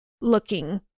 looking